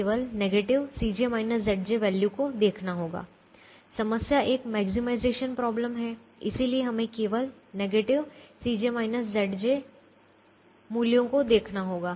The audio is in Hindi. समस्या एक मैक्सिमाइजेशन प्रॉब्लम है इसलिए हमें केवल नेगेटिव मूल्यों को देखना होगा